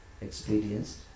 experienced